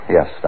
Yes